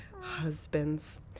husband's